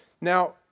Now